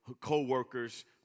co-workers